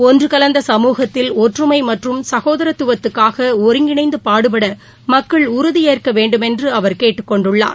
ஒன்று கலந்த சமூகத்தில் ஒற்றுமை மற்றும் சகோதரத்துவத்துக்காக ஒருங்கிணைந்து பாடுபட மக்கள் உறுதியேற்க வேண்டுமென்று அவர் கேட்டுக் கொண்டுள்ளார்